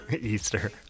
Easter